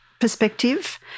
perspective